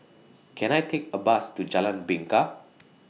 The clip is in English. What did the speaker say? Can I Take A Bus to Jalan Bingka